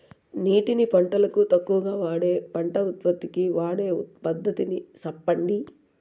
నీటిని పంటలకు తక్కువగా వాడే పంట ఉత్పత్తికి వాడే పద్ధతిని సెప్పండి?